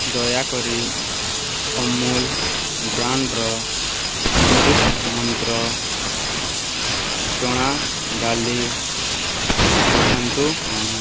ଦୟାକରି ଅମୁଲ୍ ବ୍ରାଣ୍ଡ୍ର ଚବିଶି ମନ୍ତ୍ର ଚଣା ଡାଲି ପଠାନ୍ତୁ ନାହିଁ